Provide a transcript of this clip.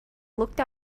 looked